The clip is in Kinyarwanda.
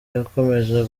yakomeje